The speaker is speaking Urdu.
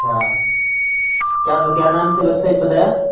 اچھا کیا کیا نام سے ویبسائٹ بتایا